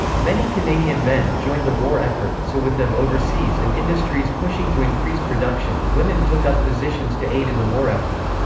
many canadian men joined the war effort, so with them overseas and industries pushing to increase production, women took up positions to aid in the war effort.